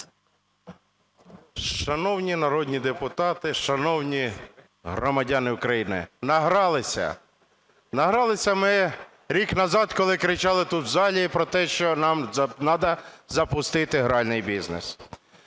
Шановні народні депутати, шановні громадяни України! Награлися. Награлися ми рік назад, коли кричали тут, в залі, про те, що нам треба запустити гральний бізнес.